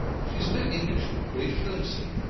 she spoke english with great fluency,